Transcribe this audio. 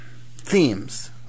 themes